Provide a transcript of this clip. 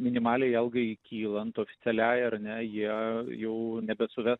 minimaliai algai kylant oficialiai ar ne jie jau nebesuves